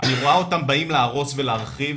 "אני רואה אותם באים להרוס ולהחריב.